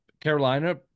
Carolina